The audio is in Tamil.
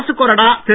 அரசுக் கொறடா திரு